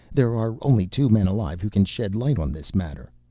there are only two men alive who can shed light on this matter.